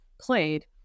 played